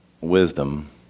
wisdom